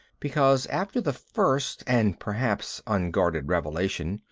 because after the first and perhaps unguarded revelation,